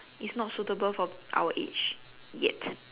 it's not suitable for our age yet